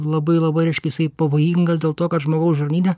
labai labai reiškia jisai pavojingas dėl to kad žmogaus žarnyne